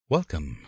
Welcome